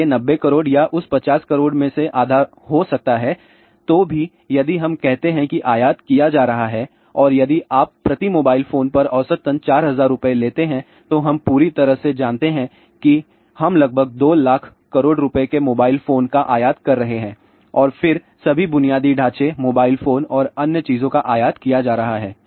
इसलिए ९ ० करोड़ या उस ५० करोड़ में से आधा हो सकता है तो भी यदि हम कहते हैं कि आयात किया जा रहा है और यदि आप प्रति मोबाइल फोन पर औसतन ४००० रुपये लेते हैं तो हम पूरी तरह से जानते हैं कि हम लगभग २ लाख करोड़ रुपये के मोबाइल फोन का आयात कर रहे हैं और फिर सभी बुनियादी ढांचे मोबाइल फोन और अन्य चीजों को आयात किया जा रहा है